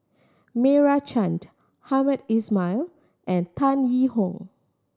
Meira Chand Hamed Ismail and Tan Yee Hong